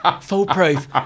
Foolproof